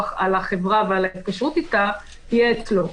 על החברה ועל ההתקשות איתה תהיה אצלו.